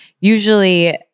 usually